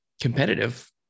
competitive